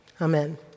amen